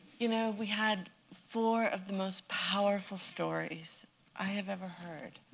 you know we had four of the most powerful stories i have ever heard.